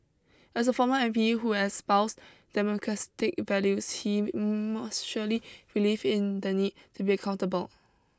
as a former M P who espoused values he must surely believe in the need to be accountable